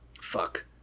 fuck